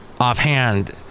offhand